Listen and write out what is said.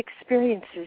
experiences